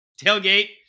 Tailgate